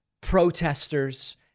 protesters